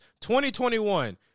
2021